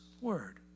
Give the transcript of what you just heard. Word